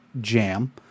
jam